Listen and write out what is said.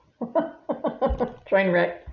Trainwreck